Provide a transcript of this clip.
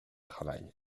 travail